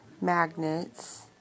magnets